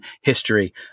history